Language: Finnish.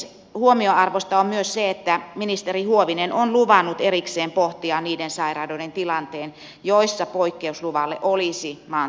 huomionarvoista on myös se että ministeri huovinen on luvannut erikseen pohtia niiden sairaaloiden tilanteen joissa poikkeusluvalle olisi maantieteelliset perusteet